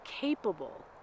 capable